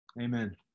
Amen